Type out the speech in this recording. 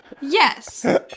yes